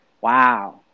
Wow